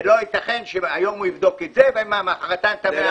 ולא ייתכן שיום אחד יבדוק את זה, ומחרתיים את זה.